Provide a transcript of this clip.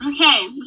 Okay